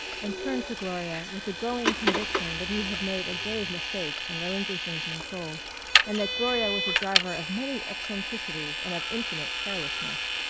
and turned to gloria with the growing conviction that he had made a grave mistake in relinquishing control and that gloria was a driver of many eccentricities and of infinite carelessness.